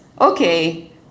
Okay